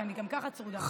כי גם ככה אני צרודה.